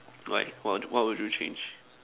right what what would you change